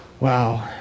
Wow